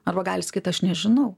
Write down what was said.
arba gali sakyt aš nežinau